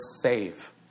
save